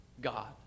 God